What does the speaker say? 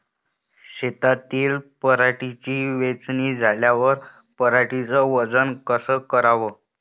शेतातील पराटीची वेचनी झाल्यावर पराटीचं वजन कस कराव?